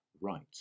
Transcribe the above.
right